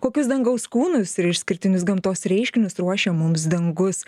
kokius dangaus kūnus ir išskirtinius gamtos reiškinius ruošia mums dangus